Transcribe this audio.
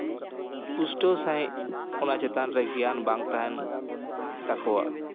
ᱯᱩᱥᱴᱟᱹᱣ ᱥᱟᱺᱦᱤᱡ ᱚᱱᱟ ᱪᱮᱛᱟᱱ ᱨᱮ ᱜᱮᱭᱟᱱ ᱵᱟᱝ ᱛᱟᱦᱮᱱ ᱛᱟᱠᱚᱣᱟ